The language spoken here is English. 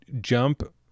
jump